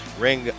Ring